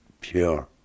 pure